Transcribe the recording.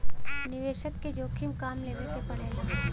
निवेसक के जोखिम कम लेवे के पड़ेला